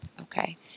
Okay